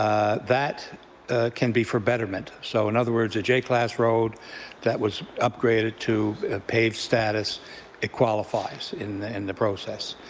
that ah can be for betterment. so in other words a j-class road that was upgraded to paved status it qualifies in the in the process.